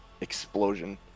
explosion